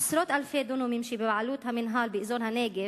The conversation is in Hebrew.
עשרות אלפי דונמים שבבעלות המינהל באזור הנגב,